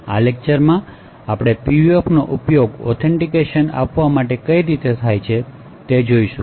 આ લેક્ચરમાં આપણે PUF નો ઉપયોગ ઓથેન્ટિકેશન આપવા માટે કઈ રીતે થાય છે તે જોઈશું